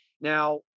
Now